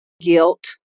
guilt